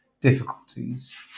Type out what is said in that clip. difficulties